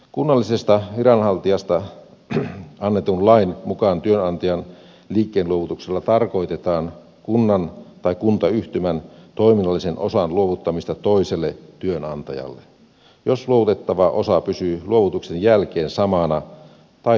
kunnallisesta viranhaltijasta annetun lain mukaan työnantajan liikkeenluovutuksella tarkoitetaan kunnan tai kuntayhtymän toiminnallisen osan luovuttamista toiselle työnantajalle jos luovutettava osa pysyy luovutuksen jälkeen samana tai samankaltaisena